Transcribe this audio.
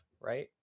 right